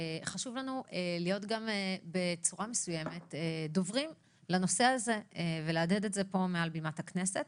חשוב לנו להיות בצורה מסוימת דוברים לנושא הזה ולהדהד את זה פה בכנסת.